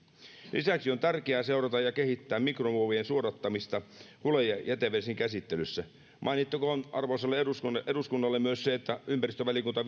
lisäksi on tärkeää seurata ja kehittää mikromuovien suodattamista hule ja jätevesien käsittelyssä mainittakoon arvoisalle eduskunnalle eduskunnalle myös se että ympäristövaliokunta